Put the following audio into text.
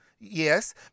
Yes